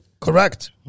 Correct